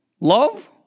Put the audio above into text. love